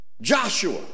Joshua